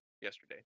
yesterday